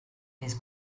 his